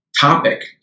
topic